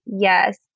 yes